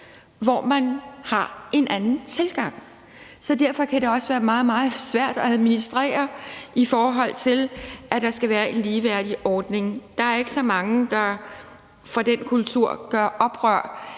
hvor man har en anden tilgang. Derfor kan det også være meget, meget svært at administrere, i forhold til at der skal være en ligeværdig ordning. Der er ikke så mange fra den kultur, der gør oprør